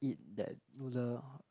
eat that noodle